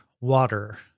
water